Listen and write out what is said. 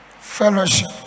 fellowship